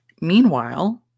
Meanwhile